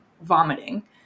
vomiting